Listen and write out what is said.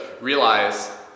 realize